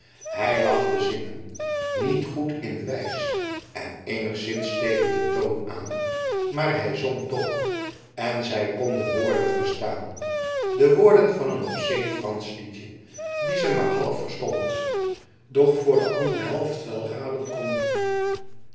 hij lag te zingen niet goed in de wijs en enigszins tegen de toon aan maar hij zong toch en zij kon de woorden verstaan de woorden van een obsceen frans liedje die ze maar half verstond doch voor de andere helft wel raden kon